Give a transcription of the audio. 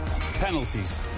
Penalties